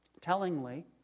tellingly